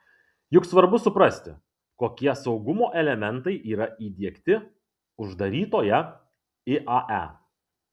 juk svarbu suprasti kokie saugumo elementai yra įdiegti uždarytoje iae